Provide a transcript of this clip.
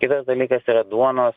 kitas dalykas yra duonos